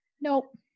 Nope